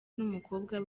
n’umukobwa